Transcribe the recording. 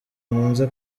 nkunze